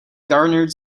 garnered